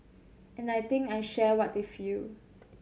and I think I share what they feel